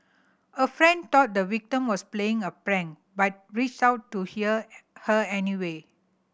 a friend thought the victim was playing a prank but reached out to hear her anyway